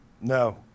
No